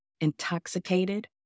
intoxicated